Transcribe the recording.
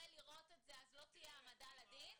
לראות את זה אז לא תהיה העמדה לדין?